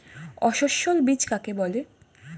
অসস্যল বীজ কাকে বলে?